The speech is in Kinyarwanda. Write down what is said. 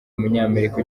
umunyamerika